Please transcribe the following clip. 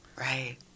Right